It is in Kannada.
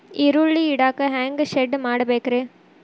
ಈರುಳ್ಳಿ ಇಡಾಕ ಹ್ಯಾಂಗ ಶೆಡ್ ಮಾಡಬೇಕ್ರೇ?